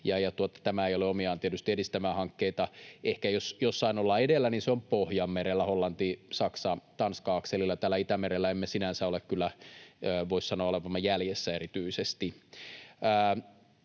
tämä ei ole tietysti omiaan edistämään hankkeita. Jos jossain ollaan edellä, niin ehkä se on Pohjanmerellä Hollanti—Saksa—Tanska-akselilla. Täällä Itämerellä emme sinänsä kyllä voi sanoa olevamme erityisesti